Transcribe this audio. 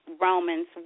Romans